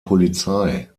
polizei